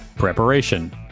Preparation